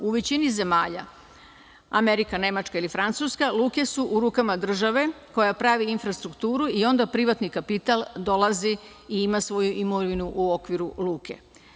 U većini zemalja Amerika, Nemačka ili Francuska luke su u rukama države koja pravi infrastrukturu i onda privatni kapital dolazi i ima svoju imovinu u okviru luke.